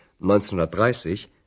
1930